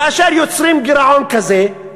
כאשר יוצרים גירעון כזה,